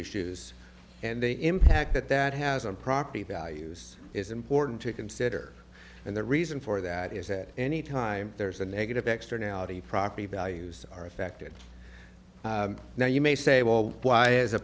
issues and the impact that that has on property values is important to consider and the reason for that is that any time there's a negative externality property values are affected now you may say well why is a